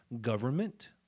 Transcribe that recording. government